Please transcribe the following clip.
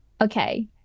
okay